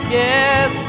yes